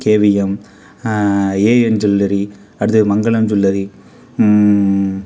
KVM AN jewellery அடுத்தது Mangalam jewellery